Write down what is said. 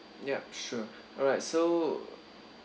yup sure alright so